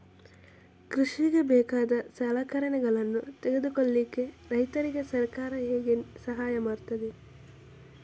ಕೃಷಿಗೆ ಬೇಕಾದ ಸಲಕರಣೆಗಳನ್ನು ತೆಗೆದುಕೊಳ್ಳಿಕೆ ರೈತರಿಗೆ ಸರ್ಕಾರ ಹೇಗೆ ಸಹಾಯ ಮಾಡ್ತದೆ?